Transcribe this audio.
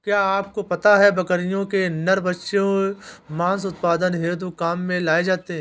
क्या आपको पता है बकरियों के नर बच्चे मांस उत्पादन हेतु काम में लाए जाते है?